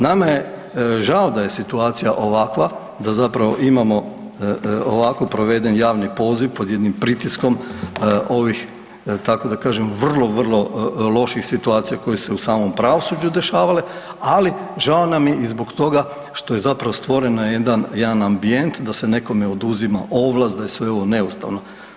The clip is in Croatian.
Nama je žao da je situacija ovakva, da zapravo imamo ovako proveden javni poziv, pod jednim pritiskom ovih, tako da kažem, vrlo, vrlo loših situacija koje se u samom pravosuđu dešavale, ali žao nam je i zbog toga što je zapravo stvoren jedan ambijent da se nekome oduzima ovlast, da je sve ovo neustavno.